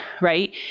Right